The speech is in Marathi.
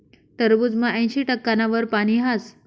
टरबूजमा ऐंशी टक्काना वर पानी हास